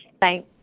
Thank